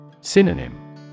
Synonym